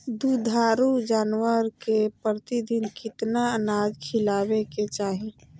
दुधारू जानवर के प्रतिदिन कितना अनाज खिलावे के चाही?